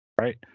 right